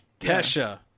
Kesha